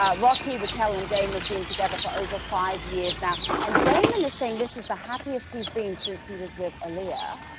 um rocky raquel and dame have been together for over five years now. and damon is saying this is the happiest he's been since he was with aaliyah.